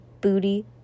booty